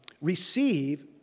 receive